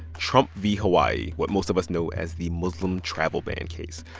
trump v. hawaii, what most of us know as the muslim travel ban case.